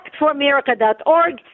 actforamerica.org